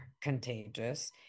contagious